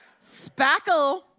spackle